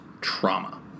trauma